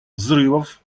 взрывов